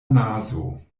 nazo